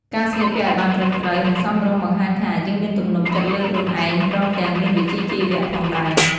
ការស្លៀកពាក់ឱ្យបានត្រឹមត្រូវ និងសមរម្យបង្ហាញថា យើងមានទំនុកចិត្តលើខ្លួនឯង ព្រមទាំងមានវិជ្ជាជីវៈផងដែរ។